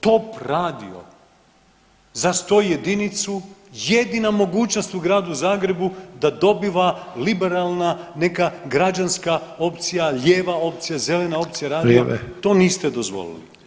Top radio, za Stojedinicu jedina mogućnost u gradu Zagrebu da dobiva liberalna neka građanska opcija, lijeva opcija, zelena opcija [[Upadica: Vrijeme.]] radio, to niste dozvolili.